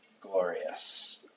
Glorious